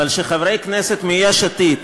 אבל שחברי כנסת מיש עתיד